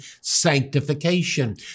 sanctification